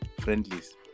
friendlies